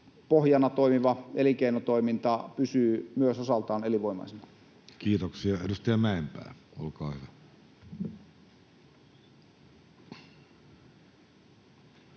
pohjana toimiva, elinkeinotoiminta pysyy myös osaltaan elinvoimaisena. Kiitoksia. — Edustaja Mäenpää, olkaa hyvä.